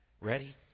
Ready